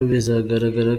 bizagaragara